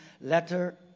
letter